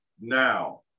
now